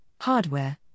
hardware